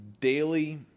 daily